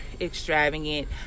extravagant